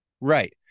Right